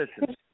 Listen